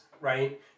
right